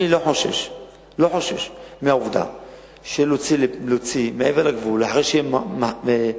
אני לא חושש מלהוציא מעבר לגבול, אחרי מכשול,